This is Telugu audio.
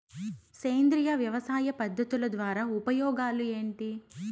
సేంద్రియ వ్యవసాయ పద్ధతుల ద్వారా ఉపయోగాలు ఏంటి?